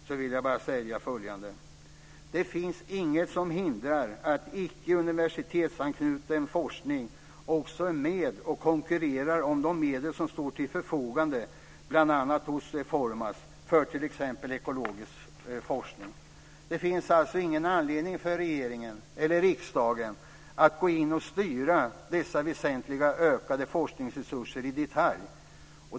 Jag vill om den bara säga följande. Det finns inget som hindrar att icke universitetsanknuten forskning också konkurrerar om den forskning som står till förfogande, bl.a. hos Formas, för t.ex. ekologisk forskning. Det finns alltså ingen anledning för regeringen eller riksdagen att styra dessa väsentligt ökade forskningsresurser i detalj.